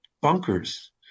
bunkers